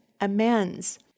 amends